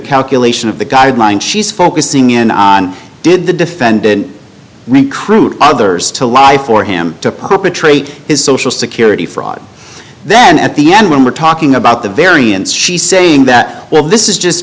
calculation of the guidelines she's focusing in on did the defendant recruit others to lie for him to perpetrate his social security fraud then at the end when we're talking about the variance she's saying that this is just